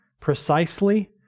precisely